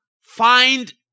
find